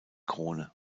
krone